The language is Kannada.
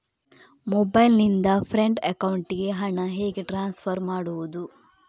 ಮೊಬೈಲ್ ನಿಂದ ಫ್ರೆಂಡ್ ಅಕೌಂಟಿಗೆ ಹಣ ಹೇಗೆ ಟ್ರಾನ್ಸ್ಫರ್ ಮಾಡುವುದು?